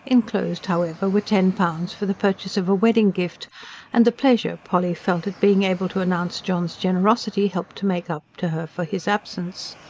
enclosed, however, were ten pounds for the purchase of a wedding-gift and the pleasure polly felt at being able to announce john's generosity helped to make up to her for his absence.